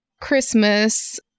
Christmas